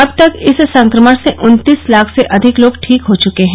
अब तक इस संक्रमण से उन्तीस लाख से अधिक लोग ठीक हो चुके हैं